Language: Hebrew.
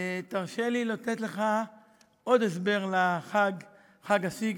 תרשה לי לתת לך עוד הסבר לחג הסיגד.